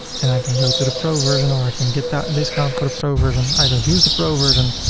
and i can go to the pro version or i can get the discount for a pro version. i don't use the pro version.